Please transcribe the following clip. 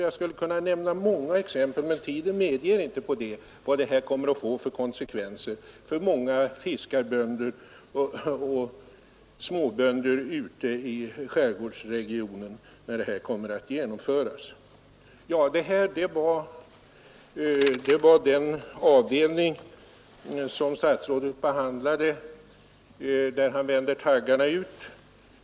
Jag skulle kunna nämna många exempel på vilka konsekvenser detta kommer att få för många fiskarbönder och småbönder ute i skärgårdsregionen, där det genomförts, men tiden medger det inte. Herr talman! Det här var den avdelning där statsrådet vänder taggarna utåt.